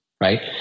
right